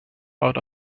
out